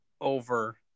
over